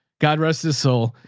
god rest his soul.